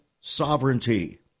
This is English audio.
sovereignty